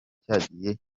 cyagiye